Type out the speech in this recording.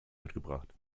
mitgebracht